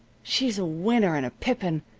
she's a winner and a pippin,